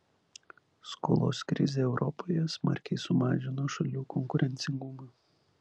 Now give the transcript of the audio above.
skolos krizė europoje smarkiai sumažino šalių konkurencingumą